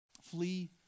Flee